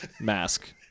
Mask